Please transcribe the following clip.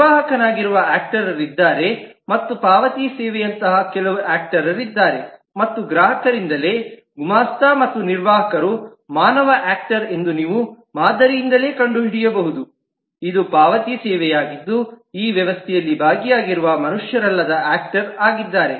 ನಿರ್ವಾಹಕರಾಗಿರುವ ಆಕ್ಟರ್ರಿದ್ದಾರೆ ಮತ್ತು ಪಾವತಿ ಸೇವೆಯಂತಹ ಕೆಲವು ಆಕ್ಟರ್ರಿದ್ದಾರೆ ಮತ್ತು ಗ್ರಾಹಕರಿಂದಲೇ ಗುಮಾಸ್ತ ಮತ್ತು ನಿರ್ವಾಹಕರು ಮಾನವ ಆಕ್ಟರ್ ಎಂದು ನೀವು ಮಾದರಿಯಿಂದಲೇ ಕಂಡುಹಿಡಿಯಬಹುದುಇದು ಪಾವತಿ ಸೇವೆಯಾಗಿದ್ದು ಈ ವ್ಯವಸ್ಥೆಯಲ್ಲಿ ಭಾಗಿಯಾಗಿರುವ ಮನುಷ್ಯರಲ್ಲದ ಆಕ್ಟರ್ ನ ಆಗಿದ್ದರೆ